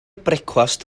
brecwast